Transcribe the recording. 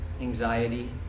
anxiety